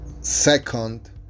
Second